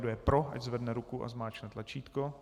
Kdo je pro, ať zvedne ruku a zmáčkne tlačítko.